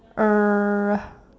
err